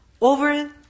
over